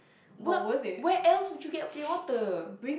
what where else would you get plain water